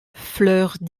fleurs